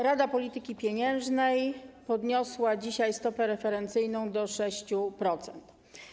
Rada Polityki Pieniężnej podniosła dzisiaj stopę referencyjną do 6%.